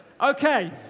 Okay